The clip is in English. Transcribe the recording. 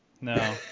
No